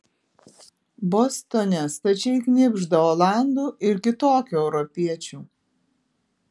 bostone stačiai knibžda olandų ir kitokių europiečių